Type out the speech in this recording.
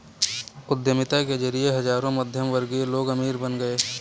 उद्यमिता के जरिए हजारों मध्यमवर्गीय लोग अमीर बन गए